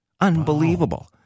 Unbelievable